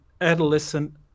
adolescent